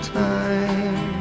time